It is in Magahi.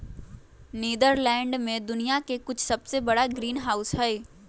नीदरलैंड में दुनिया के कुछ सबसे बड़ा ग्रीनहाउस हई